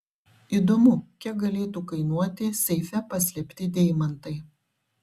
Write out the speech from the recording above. įdomu kiek galėtų kainuoti seife paslėpti deimantai